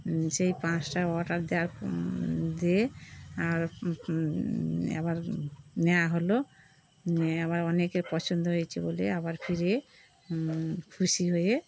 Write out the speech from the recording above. সেই পাঁচটা অর্ডার দেওয়ার দিয়ে আর আবার নেওয়া হলো আবার অনেকের পছন্দ হয়েছে বলে আবার ফিরে খুশি হয়ে